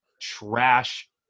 trash